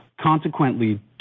Consequently